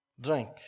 drink